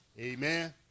Amen